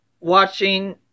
watching